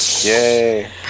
yay